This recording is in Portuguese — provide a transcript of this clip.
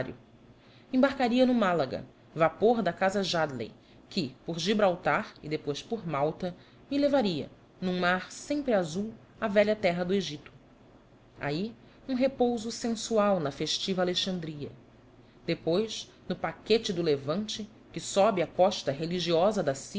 embarcaria no málaga vapor da casa jadley que por gibraltar e depois por malta me levaria num mar sempre azul à velha terra do egito aí um repouso sensual na festiva alexandria depois no paquete do levante que sobe a costa religiosa da